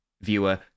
viewer